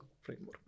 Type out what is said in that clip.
framework